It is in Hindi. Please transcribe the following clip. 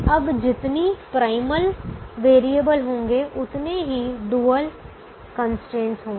अब जितनी प्राइमल वेरिएबलस होंगे उतने ही डुअल कंस्ट्रेंट होंगे